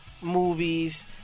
movies